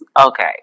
okay